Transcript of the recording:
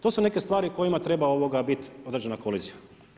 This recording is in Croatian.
To su neke stvari o kojima treba biti određena kolezija.